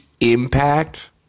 impact